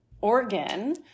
organ